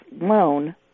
loan